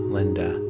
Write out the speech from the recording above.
Linda